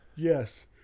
Yes